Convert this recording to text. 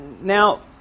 now